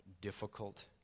difficult